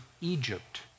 Egypt